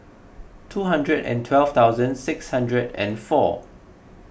two hundred and twelve thousand six hundred and four